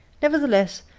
nevertheless,